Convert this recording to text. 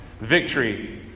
victory